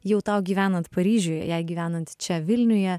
jau tau gyvenant paryžiuje jai gyvenant čia vilniuje